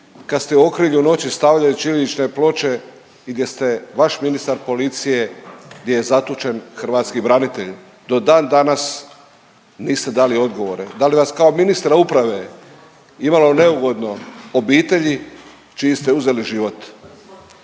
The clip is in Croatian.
kad ste u okrilju noći stavljali ćirilične ploče i gdje ste vaš ministar policije gdje je zatučen hrvatski branitelj. Do dan danas niste dali odgovore. Da li vas kao ministra uprave imalo neugodno obitelji čiji ste uzeli život?